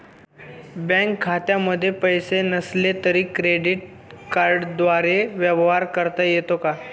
Bank खात्यामध्ये पैसे नसले तरी क्रेडिट कार्डद्वारे व्यवहार करता येतो का?